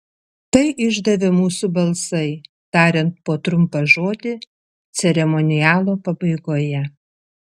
tai išdavė mūsų balsai tariant po trumpą žodį ceremonialo pabaigoje